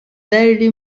daily